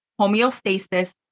homeostasis